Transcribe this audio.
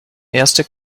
erste